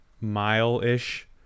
mile-ish